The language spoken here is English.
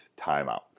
timeout